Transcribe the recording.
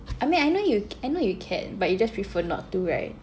I mean I know I know you can but you just prefer not to right